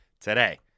today